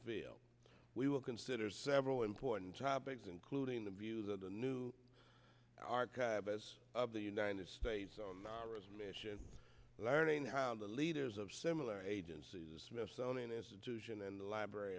veil we will consider several important topics including the views of the new archive as the united states on mission learning how the leaders of similar agencies the smithsonian institution and the library